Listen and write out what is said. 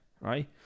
Right